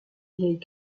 vieilles